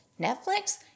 Netflix